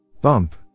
Bump